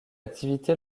activité